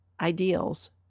ideals